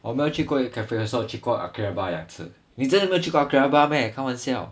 我没有去过 maid cafe 可是我去过 akhihabara 两次你真的没有去过 akhihabara meh 开玩笑